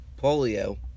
polio